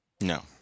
No